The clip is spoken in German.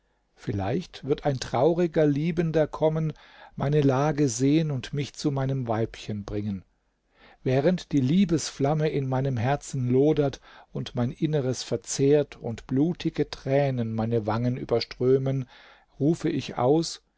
vielleicht wird ein trauriger liebender kommen meine lage sehen und mich zu meinem weibchen bringen während die liebesflamme in meinem herzen lodert und mein inneres verzehrt und blutige tränen meine wangen überströmen rufe ich aus